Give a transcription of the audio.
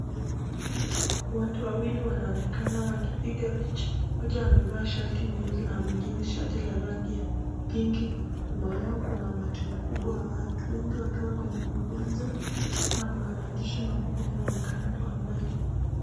Watu wawili wanaonekana wakioiga picha, wanaonekana amevaa shati nyeusi na mwingine shati la rangi ya pinki. Nyuma yao kuna matundu kubwa ya watu wengi wakiwa kwenye uwanja na kuna maandishi makubwa yanainyeshwa kwa mbali.